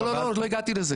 לא לא לא, עוד לא הגעתי לזה.